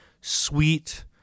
sweet